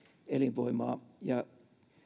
elinvoimaa ja